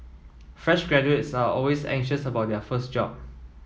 fresh graduates are always anxious about their first job